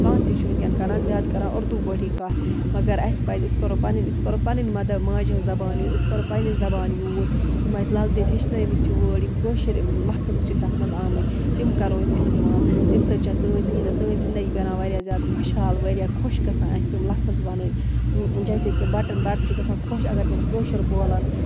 کانٛہہ تہِ چھُ وُنکٮ۪ن کَران زیادٕ کران اردوٗ پٲٹھی کَتھ مَگر اَسہِ پَزِ أسۍ کرو پَنٕنۍ أسۍ کو پَنٕنۍ مَد ماجہِ ہٕنٛز زَبان یوٗز أسۍ کرو پَنٕنۍ زَبان یوٗز یِم اَسہِ لل دٮ۪د ہیٚچھنٲومٕتۍ چھِ وٲرڑ یِم کٲشِر لَفٕظ چھِ تَتھ منٛز آمٕتۍ تِم کرو أسۍ اِستعال تَمہِ سۭتۍ چھےٚ سٲنۍ زنٛد سٲنۍ زِنٛدگی بَنان واریاہ زیادٕ خۄشحال واریاہ خۄش گژھان اَسہِ تِم لفظ وَنٕنۍ جیسے کہِ بَٹَن بَٹہٕ چھِ گژھان خۄش اَگر تِم کٲشُر بولَن